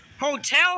hotel